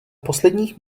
posledních